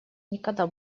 никогда